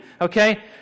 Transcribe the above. okay